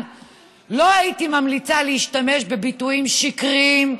לא הייתי ממליצה להשתמש בביטויים שקריים,